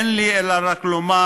אין לי אלא רק לומר: